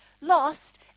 lost